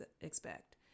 expect